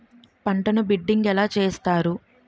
పంటను బిడ్డింగ్ ఎలా చేస్తారు?